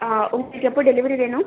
ஆ உங்களுக்கு எப்போ டெலிவரி வேணும்